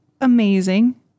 amazing